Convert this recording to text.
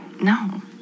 No